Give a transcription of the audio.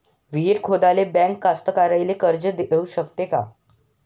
विहीर खोदाले बँक कास्तकाराइले कर्ज देऊ शकते का?